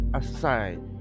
aside